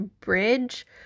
bridge